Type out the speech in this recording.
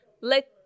let